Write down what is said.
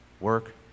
work